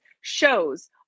shows